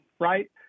right